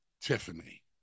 Tiffany